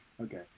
Okay